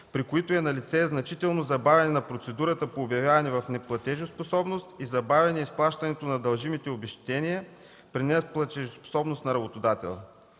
при които е налице значително забавяне на процедурата по обявяване в неплатежоспособност и забавяне на изплащането на дължимите обезщетения при неплатежоспособност на работодателя.